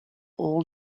all